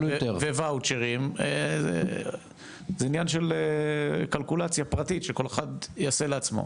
וואוצ'רים זה עניין של קלקולציה פרטית שכל אחד יעשה לעצמו.